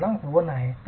1 आहे